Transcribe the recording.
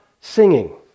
singing